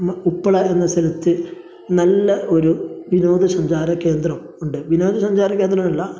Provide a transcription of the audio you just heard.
മ്മ ഉപ്പള എന്ന സ്ഥലത്ത് നല്ല ഒരു വിനോദ സഞ്ചാര കേന്ദ്രം ഉണ്ട് വിനോദ സഞ്ചാര കേന്ദ്രമല്ല